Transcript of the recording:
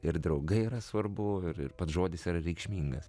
ir draugai yra svarbu ir ir pats žodis yra reikšmingas